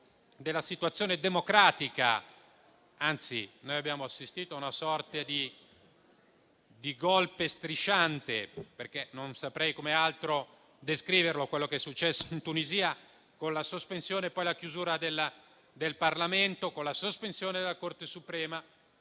della situazione democratica. Anzi, abbiamo assistito a una sorta di *golpe* strisciante: non saprei come altro descrivere quello che è successo in Tunisia, con la sospensione e poi la chiusura del Parlamento, con la sospensione della Corte suprema,